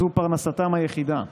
זו פרנסתן היחידה.